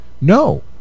No